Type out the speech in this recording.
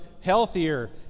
healthier